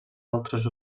altres